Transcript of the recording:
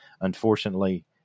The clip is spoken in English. unfortunately